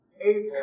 April